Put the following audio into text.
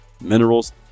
minerals